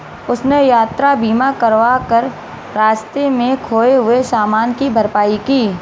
उसने यात्रा बीमा करवा कर रास्ते में खोए हुए सामान की भरपाई की